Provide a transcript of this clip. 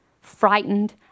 frightened